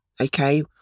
okay